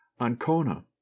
ANCONA